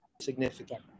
significant